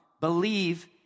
believe